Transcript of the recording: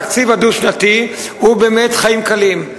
התקציב הדו-שנתי הוא באמת חיים קלים.